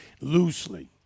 loosely